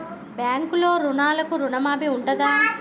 బ్యాంకులో రైతులకు రుణమాఫీ ఉంటదా?